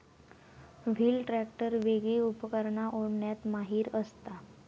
wheel tractor वेगली उपकरणा ओढण्यात माहिर असता